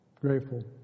Grateful